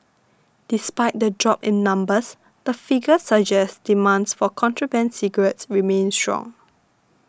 despite the drop in numbers the figures suggest demands for contraband cigarettes remains strong